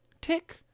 tick